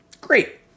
Great